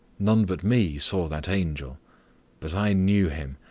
none but me saw that angel but i knew him,